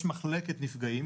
יש מחלקת נפגעים,